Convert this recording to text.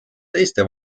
teiste